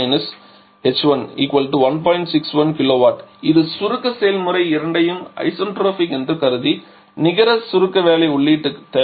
61 kW இது சுருக்க செயல்முறை இரண்டையும் ஐசென்ட்ரோபிக் என்று கருதி நிகர சுருக்க வேலை உள்ளீட்டு தேவை